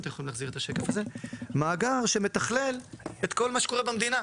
את כל מה שקורה במדינה.